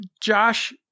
josh